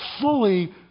fully